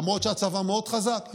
למרות שהצבא מאוד חזק,